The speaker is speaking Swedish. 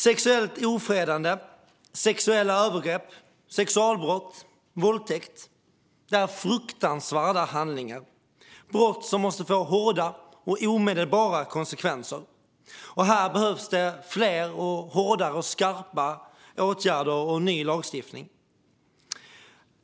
Sexuellt ofredande, sexuella övergrepp, sexualbrott och våldtäkt är fruktansvärda handlingar. Det är brott som måste få hårda och omedelbara konsekvenser. Här behövs det fler, hårdare och skarpare åtgärder samt ny lagstiftning.